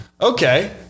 Okay